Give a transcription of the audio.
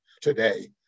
today